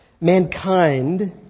mankind